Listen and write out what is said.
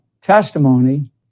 testimony